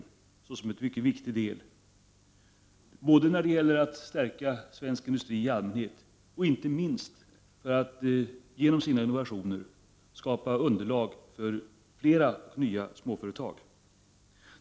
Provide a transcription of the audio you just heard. Assa som en mycket viktig del, både när det gäller att stärka svensk industri i allmänhet och inte minst för att genom sina innovationer skapa underlag för flera nya småföretag.